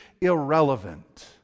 irrelevant